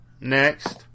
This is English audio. next